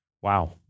Wow